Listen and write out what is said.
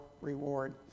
reward